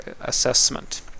assessment